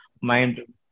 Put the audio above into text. mind